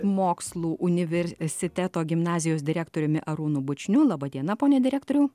mokslų universiteto gimnazijos direktoriumi arūnu bučniu laba diena pone direktoriau